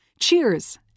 Cheers